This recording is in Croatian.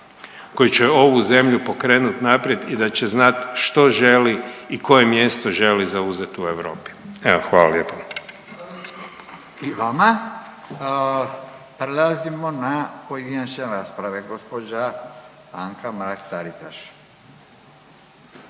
koji će ovu zemlju pokrenuti naprijed i da će znati što želi i koje mjesto želi zauzeti u Europi. Evo hvala lijepa. **Radin, Furio (Nezavisni)** I vama. Prelazimo na pojedinačne rasprave. Gospođa Anka Mrak-Taritaš,